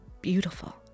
beautiful